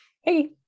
Hey